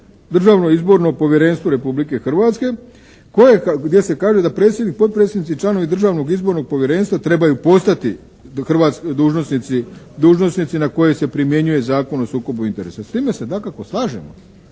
Državno izborno povjerenstvo Republike Hrvatske koje je, gdje se kaže da predsjednik, potpredsjednik i članovi Državnog izbornog povjerenstva trebaju postati hrvatski dužnosnici na koje se primjenjuje Zakon o sukobu interesa. S time se dakako slažemo